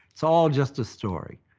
it's all just a story.